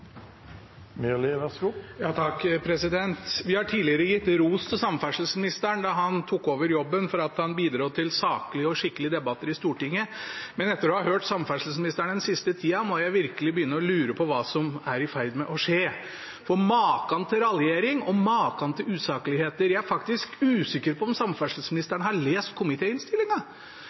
Vi ga ros til samferdselsministeren da han tok over jobben, for at han bidro til saklig og skikkelig debatt i Stortinget, men etter å ha hørt samferdselsministeren den siste tida begynner jeg virkelig å lure på hva som er i ferd med å skje. Makan til raljering og makan til usakligheter! Jeg er faktisk usikker på om samferdselsministeren har lest